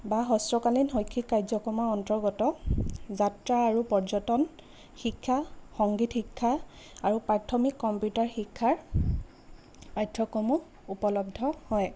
বা হ্ৰস্বকালীন শৈক্ষিক কাৰ্যক্ৰমৰ অন্তৰ্গত যাত্ৰা আৰু পৰ্যটন শিক্ষা সংগীত শিক্ষা আৰু প্ৰাথমিক কম্পিউটাৰ শিক্ষাৰ পাঠ্যক্ৰমো উপলব্ধ হয়